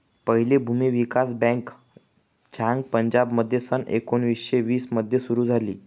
पहिली भूमी विकास बँक झांग पंजाबमध्ये सन एकोणीसशे वीस मध्ये सुरू झाली